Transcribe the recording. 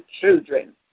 children